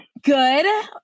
Good